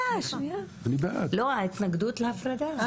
לא, ההתנגדות להפרדה.